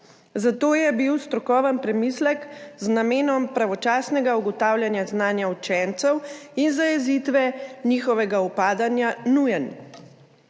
zato je bil strokoven premislek z namenom pravočasnega ugotavljanja znanja učencev in zajezitve njihovega upadanja nujen.